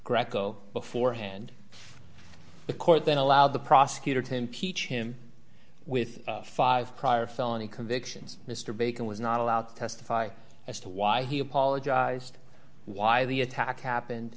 greco beforehand the court then allowed the prosecutor to impeach him with five prior felony convictions mr bacon was not allowed to testify as to why he apologized why the attack happened